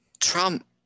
Trump